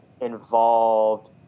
involved